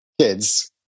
kids